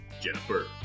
Jennifer